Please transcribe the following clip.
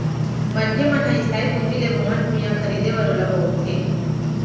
मनखे मन ह इस्थाई पूंजी ले भवन, भुइयाँ खरीदें बर ओला बउरथे